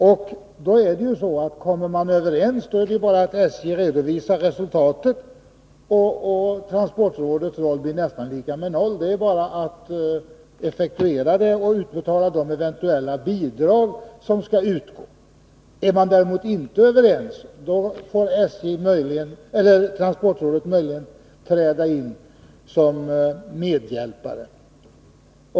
Och kommer man överens behöver SJ bara redovisa resultatet, och transportrådets roll blir nästan lika med noll — det är bara att effektuera och utbetala de eventuella bidrag som skall utgå. Är man däremot inte överens får transportrådet möjligen träda in som medhjälpare.